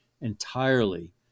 entirely